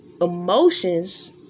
emotions